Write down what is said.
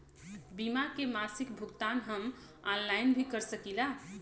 बीमा के मासिक भुगतान हम ऑनलाइन भी कर सकीला?